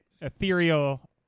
ethereal